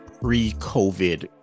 pre-COVID